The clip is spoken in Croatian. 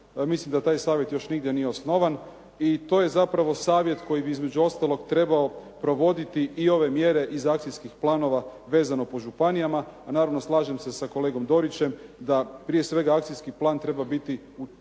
Mislim da taj savjet još nigdje nije osnovan i to je zapravo savjet koji bi između ostalog trebao provoditi i ove mjere iz akcijskih planova vezano po županijama, a naravno slažem se sa kolegom Dorićem da prije svega akcijski plan treba biti napravljen